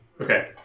Okay